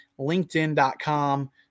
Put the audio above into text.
linkedin.com